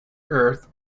earth